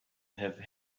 have